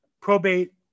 probate